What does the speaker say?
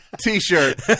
T-shirt